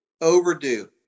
overdue